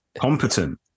Competent